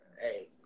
Hey